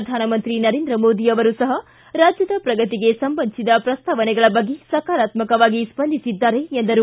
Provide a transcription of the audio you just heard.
ಪ್ರಧಾನಮಂತ್ರಿ ನರೇಂದ್ರ ಮೋದಿ ಅವರು ಸಹ ರಾಜ್ಯದ ಪ್ರಗತಿಗೆ ಸಂಬಂಧಿಸಿದ ಪ್ರಸ್ತಾವನೆಗಳ ಬಗ್ಗೆ ಸಕಾರಾತ್ನಕವಾಗಿ ಸ್ಪಂದಿಸಿದ್ದಾರೆ ಎಂದರು